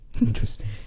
Interesting